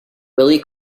willy